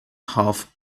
half